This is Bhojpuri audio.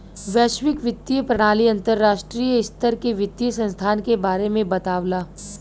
वैश्विक वित्तीय प्रणाली अंतर्राष्ट्रीय स्तर के वित्तीय संस्थान के बारे में बतावला